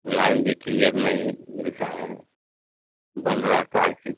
line भी clear नहीं मिलता है बंद रहता है इसी से